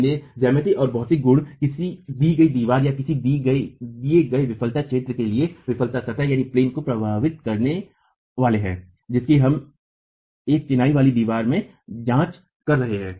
इसलिए ज्यामिति और भौतिक गुण किसी दी गई दीवार या किसी दिए गए विफलता क्षेत्र के लिए विफलता सतह को प्रभावित करने वाले हैं जिसकी हम एक चिनाई वाली दीवार में ही जांच कर रहे हैं